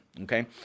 Okay